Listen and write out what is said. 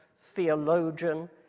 theologian